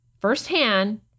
firsthand